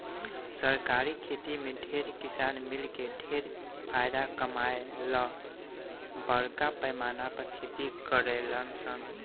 सरकारी खेती में ढेरे किसान मिलके ढेर फायदा कमाए ला बरका पैमाना पर खेती करेलन सन